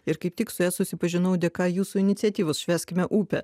ir kaip tik su ja susipažinau dėka jūsų iniciatyvos švęskime upę